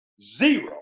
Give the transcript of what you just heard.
zero